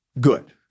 good